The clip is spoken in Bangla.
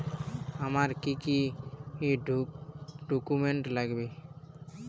আমার কি কি ডকুমেন্ট লাগবে?